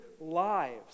lives